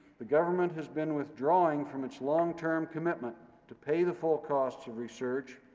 the government has been withdrawing from its long-term commitment to pay the full costs of research,